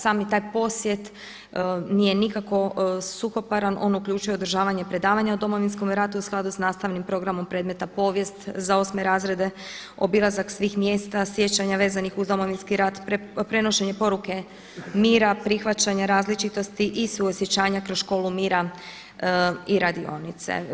Sami taj posjet nije nikako suhoparan, on uključuje održavanje predavanja o Domovinskom ratu u skladu sa nastavnim programom predmet povijest za 8 razrede, obilazak svih mjesta sjećanja vezanih uz Domovinski rat, prenošenje poruke mira, prihvaćanje različitosti i suosjećanja kroz školu mira i radionice.